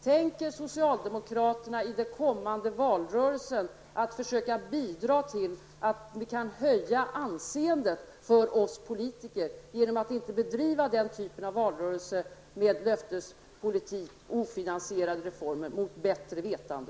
Tänker socialdemokraterna i den kommande valrörelsen försöka bidra till att höja anseendet för oss politiker genom att inte bedriva den typen av valrörelse med löftespolitik och ofinansierade reformer mot bättre vetande?